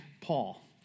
Paul